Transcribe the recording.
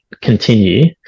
continue